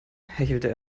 hechelte